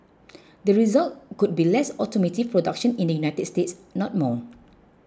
the result could be less automotive production in the United States not more